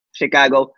Chicago